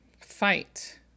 fight